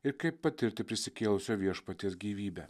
ir kaip patirti prisikėlusio viešpaties gyvybę